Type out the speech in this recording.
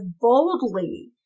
boldly